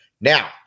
Now